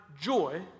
joy